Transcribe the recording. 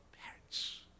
parents